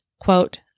quote